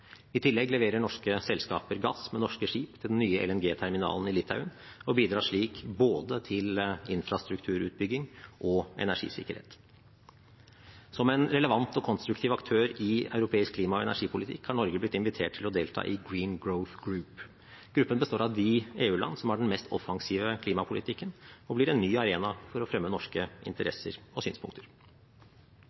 I tillegg leverer norske selskaper gass med norske skip til den nye LNG-terminalen i Litauen og bidrar slik til både infrastrukturutbygging og energisikkerhet. Som en relevant og konstruktiv aktør i europeisk klima- og energipolitikk, har Norge blitt invitert til å delta i Green Growth Group. Gruppen består av de EU-land som har den mest offensive klimapolitikken, og blir en ny arena for å fremme norske interesser og synspunkter.